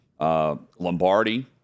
Lombardi